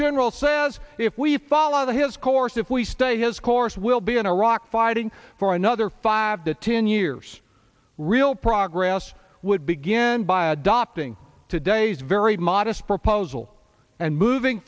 general says if we follow his course if we study his course we'll be in iraq fighting for another five to ten years real progress would begin by adopting today's very modest proposal and moving